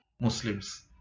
muslims